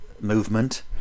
Movement